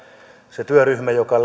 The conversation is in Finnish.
se työryhmä joka